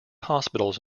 hospitals